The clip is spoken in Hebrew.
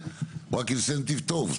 הוא אינסנטיב טוב,